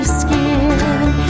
skin